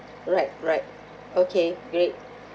right right okay great